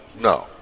No